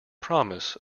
promise